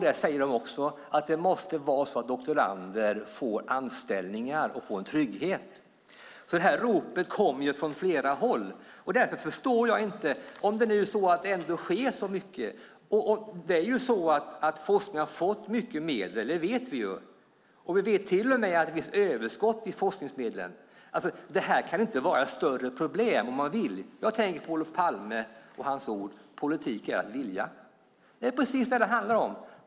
Där säger de också att doktorander måste få anställning och trygghet. Det här ropet kommer från flera håll. Det sker mycket, och vi vet att forskningen har fått mycket medel. Vi vet till och med att det finns överskott i forskningsmedlen, och därför kan detta inte vara något större problem - om man vill. Jag tänker på Olof Palme och hans ord: Politik är att vilja. Det är precis det det handlar om.